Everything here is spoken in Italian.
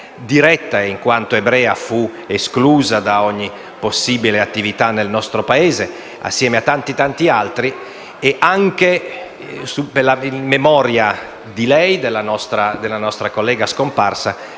diretta, in quanto ebrea, fu esclusa da ogni possibile attività nel nostro Paese, insieme a tanti altri. Anche in memoria della nostra collega scomparsa,